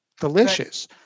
delicious